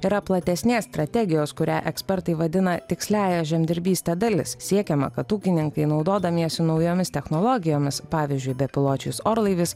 yra platesnės strategijos kurią ekspertai vadina tiksliąja žemdirbyste dalis siekiama kad ūkininkai naudodamiesi naujomis technologijomis pavyzdžiui bepiločiais orlaiviais